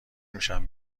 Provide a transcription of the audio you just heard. میشم